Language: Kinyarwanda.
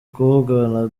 kuvugana